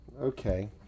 Okay